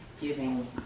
giving